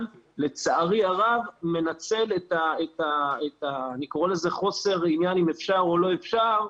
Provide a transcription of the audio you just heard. לצערי הרב העו"ד מנצל את חוסר העניין אם אפשר או לא אפשר,